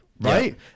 right